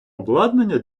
обладнання